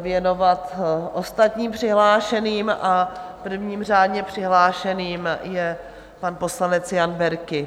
věnovat ostatním přihlášeným a prvním řádně přihlášeným je pan poslanec Jan Berki.